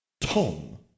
Tom